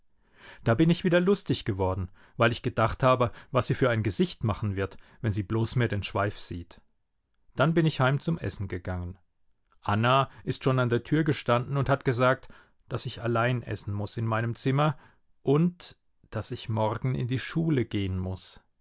da bin ich wieder lustig geworden weil ich gedacht habe was sie für ein gesicht machen wird wenn sie bloß mehr den schweif sieht dann bin ich heim zum essen gegangen anna ist schon an der tür gestanden und hat gesagt daß ich allein essen muß in meinem zimmer und daß ich morgen in die schule gehen muß